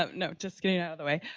ah no, just getting it out of the way.